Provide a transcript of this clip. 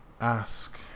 ask